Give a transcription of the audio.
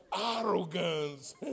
arrogance